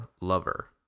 lover